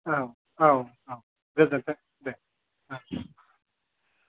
औ औ औ औ गोजोनथों दे अ